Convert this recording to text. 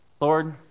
Lord